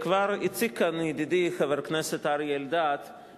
כבר הציג כאן ידידי חבר הכנסת אריה אלדד את